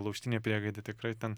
laužtinę priegaidę tikrai ten